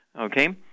okay